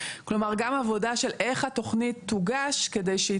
כלומר גם עבודה של איך התוכנית תוגש כדי שהיא